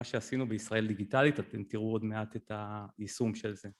מה שעשינו בישראל דיגיטלית, אתם תראו עוד מעט את היישום של זה